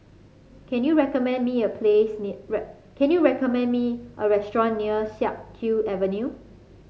can you recommend me a place can you recommend me a restaurant near Siak Kew Avenue